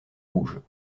rouges